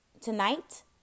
tonight